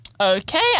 Okay